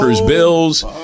Bills